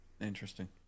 Interesting